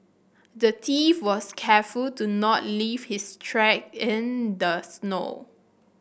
the thief was careful to not leave his track in the snow